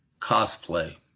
Cosplay